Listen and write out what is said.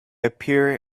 appear